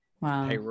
Wow